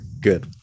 Good